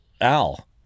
Al